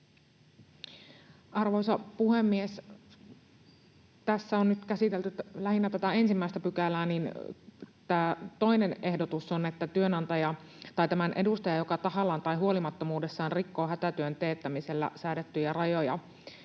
Arvoisa puhemies! Tässä on nyt käsitelty lähinnä tätä ensimmäistä pykälää, mutta tämä toinen ehdotus on, että ”työnantaja tai tämän edustaja, joka tahallaan tai huolimattomuudestaan rikkoo hätätyön teettämiselle säädettyjä rajoja”